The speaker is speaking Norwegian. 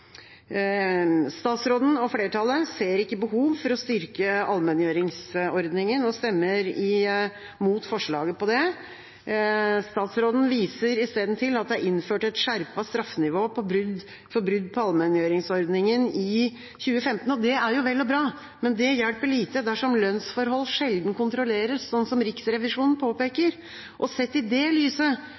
Statsråden og flertallet ser ikke behov for å styrke allmenngjøringsordningen og stemmer imot forslaget om det. Statsråden viser i stedet til at det er innført et skjerpet straffenivå for brudd på allmenngjøringsordningen i 2015. Det er vel og bra, men det hjelper lite dersom lønnsforhold sjelden kontrolleres, som Riksrevisjonen påpeker. Sett i det lyset